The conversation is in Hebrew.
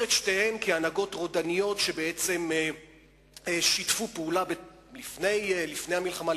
את שתיהן כהנהגות רודניות שבעצם שיתפו פעולה לפני המלחמה,